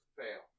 fail